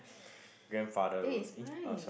eh it's mine